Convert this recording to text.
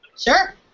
Sure